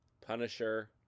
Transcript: Punisher